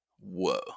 whoa